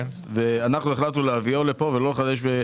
ואנחנו החלטנו להביאו לפה ולא לחדש.